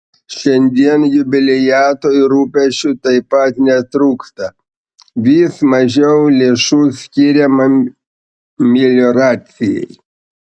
šiandien jubiliatui rūpesčių taip pat netrūksta vis mažiau lėšų skiriama melioracijai